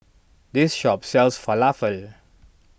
this shop sells Falafel